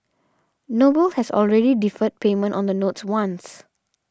noble has already deferred payment on the notes once